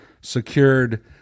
secured